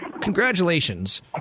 Congratulations